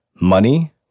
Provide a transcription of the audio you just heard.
money